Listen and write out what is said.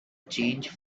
change